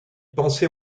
pensait